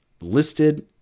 listed